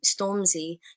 Stormzy